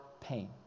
pain